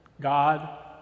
God